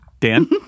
Dan